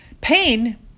Pain